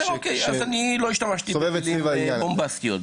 אוקיי, אני לא השתמשתי במילים בומבסטיות.